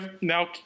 now